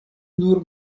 nur